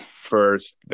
first